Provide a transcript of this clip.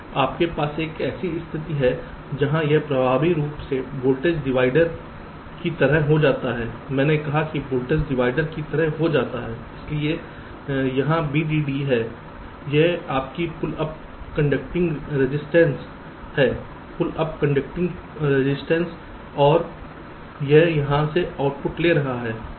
तो आपके पास एक ऐसी स्थिति हो सकती है जहां यह प्रभावी रूप से वोल्टेज डिवाइडर की तरह हो जाता है मैंने कहा कि वोल्टेज डिवाइडर की तरह हो जाता है इसलिए यहां वीडीडी है यह आपकी पुल अप कंडक्टिंग रेजिस्टेंस है पुल डाउन कंडक्टिंग प्रतिरोध और यह यहाँ से आउटपुट ले रहा है